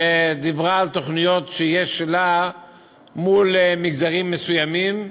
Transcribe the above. שרת החינוך ודיברה על תוכניות שיש לה מול מגזרים מסוימים,